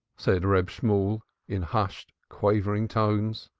said reb shemuel in hushed, quavering tones.